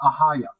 Ahaya